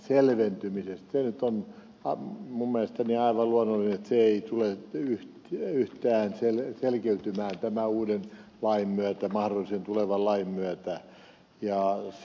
se nyt on minun mielestäni aivan luonnollista että se ei tule yhtään selkeytymään tämän uuden lain myötä mahdollisen tulevan lain myötä